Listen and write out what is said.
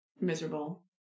miserable